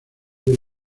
del